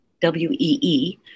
W-E-E